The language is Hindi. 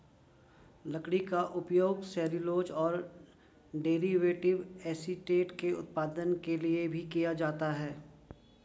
लकड़ी का उपयोग सेल्यूलोज और डेरिवेटिव एसीटेट के उत्पादन के लिए भी किया जाता है